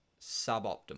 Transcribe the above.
suboptimal